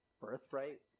Birthright